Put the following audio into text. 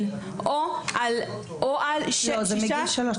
או על שישה --- לא זה מגיל שלוש,